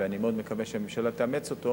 ומאוד מקווה שהממשלה תאמץ אותו.